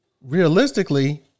realistically